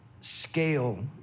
scale